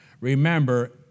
remember